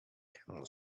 camel